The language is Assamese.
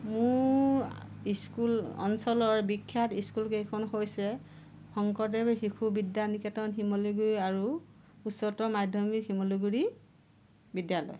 মোৰ স্কুল অঞ্চলৰ বিখ্যাত স্কুল কেইখন হৈছে শংকৰদেৱ শিশু বিদ্যা নিকেতন শিমলুগুৰি আৰু উচ্চতৰ মাধ্যমিক শিমলুগুৰি বিদ্যালয়